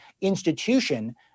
institution